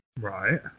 Right